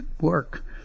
work